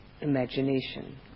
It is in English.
imagination